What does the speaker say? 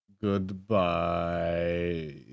Goodbye